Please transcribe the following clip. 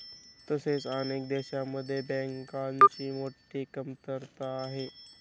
तसेच अनेक देशांमध्ये बँकांची मोठी कमतरता आहे